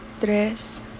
tres